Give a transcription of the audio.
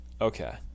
Okay